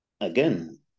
Again